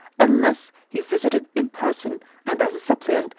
unless he visited in person, and as a suppliant,